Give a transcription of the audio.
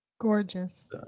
Gorgeous